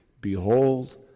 Behold